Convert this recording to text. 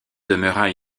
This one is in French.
demeurera